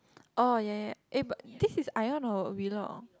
oh ya ya eh but this is Ion or Wheelock